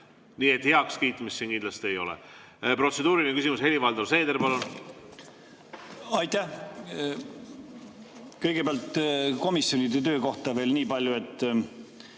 Nii et heakskiitmist siin kindlasti ei ole. Protseduuriline küsimus, Helir-Valdor Seeder, palun! Aitäh! Kõigepealt komisjonide töö kohta veel nii palju, et